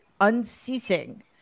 unceasing